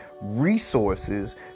resources